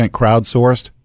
crowdsourced